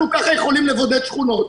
כך אנחנו יכולים לבודד שכונות.